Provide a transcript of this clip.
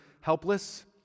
helpless